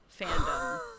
fandom